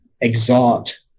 Exalt